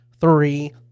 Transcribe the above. three